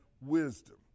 wisdom